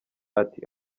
ati